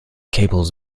cables